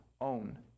own